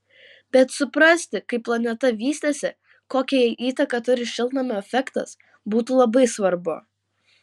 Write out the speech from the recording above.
bet suprasti kaip planeta vystėsi kokią jai įtaką turi šiltnamio efektas būtų labai svarbu